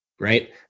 right